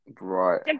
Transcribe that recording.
Right